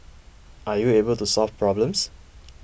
are you able to solve problems